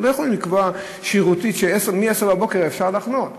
אנחנו לא יכולים לקבוע שרירותית שמ-10:00 אפשר לחנות.